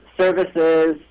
services